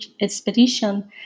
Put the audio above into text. expedition